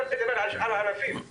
אני לא מזכיר את שאר הענפים.